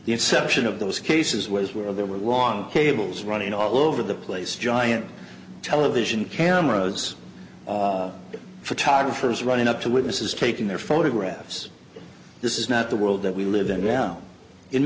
the exception of those cases was where there were long cables running all over the place giant television cameras photographers running up to witnesses taking their photographs this is not the world that we live in down in